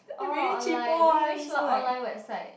orh online which which online website